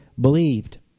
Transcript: believed